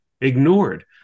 ignored